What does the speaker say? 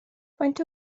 faint